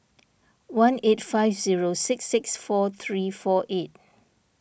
one eight five zero six six four three four eight